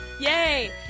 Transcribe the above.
Yay